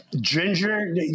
ginger